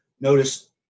notice